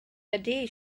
ydy